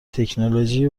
تکنولوژی